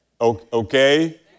okay